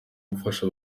gufasha